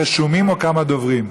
כמה רשומים או כמה דוברים?